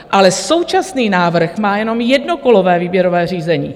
Ale současný návrh má jenom jednokolové výběrové řízení.